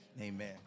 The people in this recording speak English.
Amen